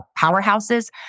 powerhouses